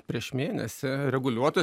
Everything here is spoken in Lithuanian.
prieš mėnesį reguliuotas